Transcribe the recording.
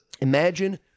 Imagine –